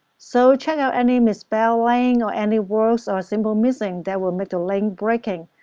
so check out any mis-spelling, or any word or symbol missing that will make the link breaking.